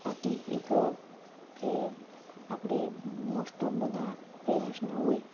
હતી એક કે આપણે મોસ્ટ ઓફ બધા પેરેંટ્સને હોય